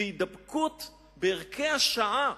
והידבקות בערכי השעה.